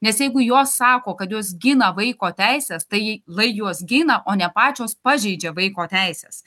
nes jeigu jos sako kad jos gina vaiko teises tai lai juos gina o ne pačios pažeidžia vaiko teises